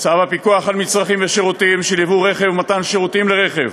צו הפיקוח על מצרכים ושירותים של ייבוא רכב ומתן שירותים לרכב,